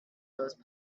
those